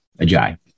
Ajay